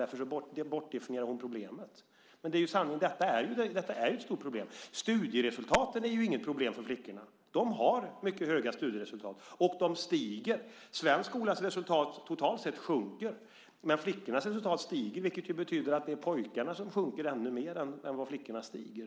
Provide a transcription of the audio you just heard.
Därför bortdefinierar hon problemet, men detta är ett stort problem. Studieresultaten är inget problem för flickorna. De har mycket höga studieresultat, och de stiger. Svensk skolas resultat totalt sett sjunker, men flickornas resultat stiger, vilket betyder att det är pojkarnas resultat som sjunker ännu mer än vad flickornas stiger.